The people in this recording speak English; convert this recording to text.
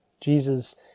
Jesus